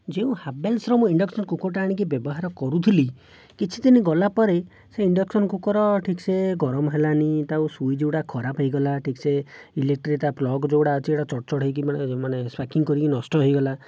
ଯେଉଁ ହାବେଲ୍ସ୍ର ମୁଁ ଇଣ୍ଡକ୍ସନ୍ କୁକର୍ଟା ଆଣିକି ବ୍ୟବହାର କରୁଥିଲି କିଛିଦିନି ଗଲାପରେ ସେ ଇଣ୍ଡକ୍ସନ୍ କୁକର୍ ଠିକ୍ସେ ଗରମ ହେଲାନି ତା ସୁଇଚ୍ ଗୁଡ଼ାକ ଖରାପ ହୋଇଗଲା ଠିକ୍ସେ ଇଲେକ୍ଟ୍ରିକ୍ ତା ପ୍ଲଗ୍ ଯେଉଁ ଗୁଡ଼ାକ ଅଛି ଏଇଟା ଚଡ଼ଚଡ଼ ହୋଇକି ମାନେ ମାନେ ସ୍ପାରକିଂ କରିକି ନଷ୍ଟ ହୋଇଗଲା